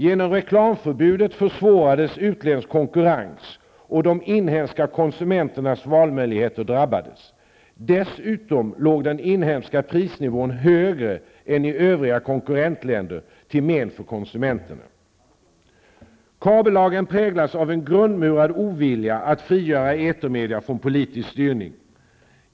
Genom reklamförbudet försvårades utländsk konkurrens, och de inhemska konsumenternas valmöjligheter drabbades. Dessutom låg den inhemska prisnivån högre än i övriga konkurrentländer, till men för konsumenterna. Kabellagen präglas av en grundmurad ovilja att frigöra etermedia från politisk styrning.